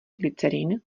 glycerin